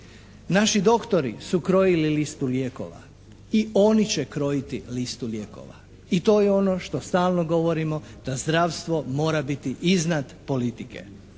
Naši doktori su krojili listu lijekova i oni će krojiti listu lijekova i to je ono što stalno govorimo da zdravstvo mora biti iznad politike